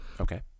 Okay